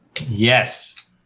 yes